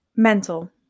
mental